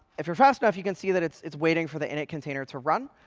if you're fast enough, you can see that it's it's waiting for the init container to run.